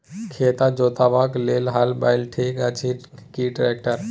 खेत जोतबाक लेल हल बैल ठीक अछि की ट्रैक्टर?